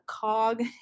cog